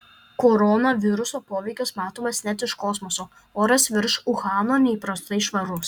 koronaviruso poveikis matomas net iš kosmoso oras virš uhano neįprastai švarus